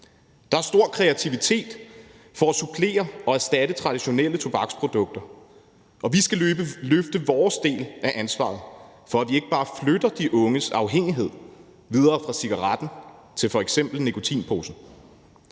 Der er stor kreativitet for at supplere og erstatte traditionelle tobaksprodukter, og vi skal løfte vores del af ansvaret for, at vi ikke bare flytter de unges afhængighed videre fra cigaretten til f.eks. nikotinposen.